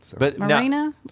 Marina